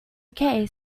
okay